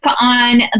on